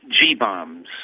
G-bombs